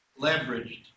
leveraged